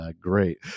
great